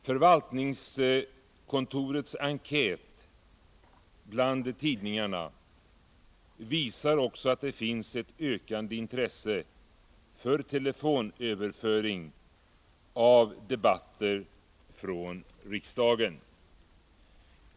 Förvalt 16 april 1980 ningskontorets enkät bland tidningarna visar också att det finns ett ökande intresse för telefonöverföring av debatter från riksdagen.